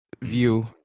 view